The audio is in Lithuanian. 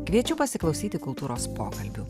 kviečiu pasiklausyti kultūros pokalbių